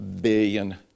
billion